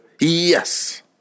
Yes